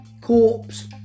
corpse